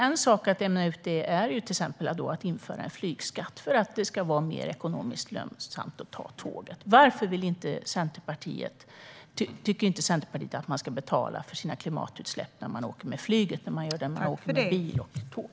Ett sätt att jämna ut det är att till exempel införa en flygskatt, för att det ska bli mer ekonomiskt lönsamt att ta tåget. Varför tycker inte Centerpartiet att man ska betala för sina klimatutsläpp när man åker med flyg, liksom man gör när man åker med bil eller tåg?